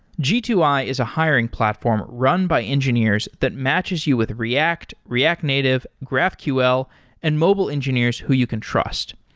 g two i is a hiring platform run by engineers that matches you with react, react native, graphql and mobile engineers who you can trust.